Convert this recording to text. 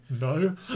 no